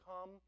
come